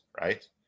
right